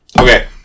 Okay